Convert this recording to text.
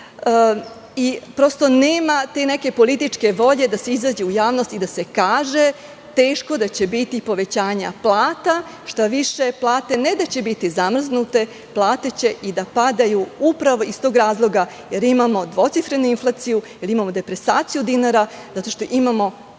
Prosto, nemate političke volje da se izađe u javnost i da se kaže – teško da će biti povećanja plata. Štaviše, plate ne da će biti zamrznute, plate će i da padaju upravo iz tog razloga jer imamo dvocifrenu inflaciju, imamo depresaciju dinara, zato što imamo